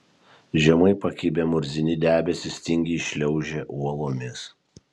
žemai pakibę murzini debesys tingiai šliaužė uolomis